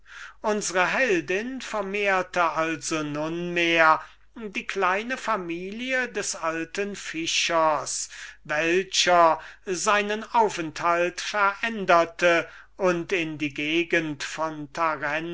unsre heldin vermehrte also nunmehr die kleine familie des alten fischers welcher seinen aufenthalt veränderte und in die gegend von